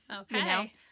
Okay